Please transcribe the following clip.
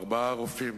אתם יודעים,